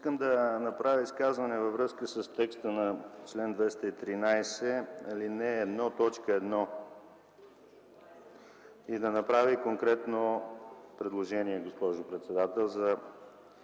Искам да направя изказване във връзка с текста на чл. 213, ал. 1, т. 1 и да направя конкретно предложение, госпожо председател, за